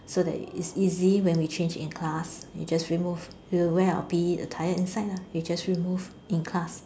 so that it's easy when we change in class you just remove we'll wear out P_E attire inside lah you just remove in class